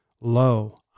Lo